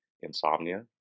insomnia